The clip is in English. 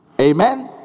Amen